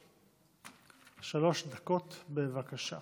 שלוש דקות, בבקשה.